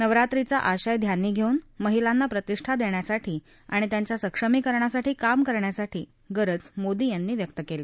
नवरात्रीचा आशय ध्यानी घस्तिन महिलांना प्रतिष्ठा दख्खासाठी आणि त्यांच्या सक्षमीकरणासाठी काम करण्यासाठी गरज मोदी यांनी व्यक्त क्ली